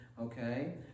okay